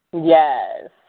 Yes